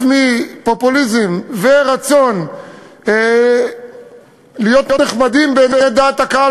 מפופוליזם ורצון להיות נחמדים בעיני דעת הקהל,